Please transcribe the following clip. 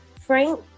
Frank